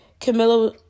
Camilla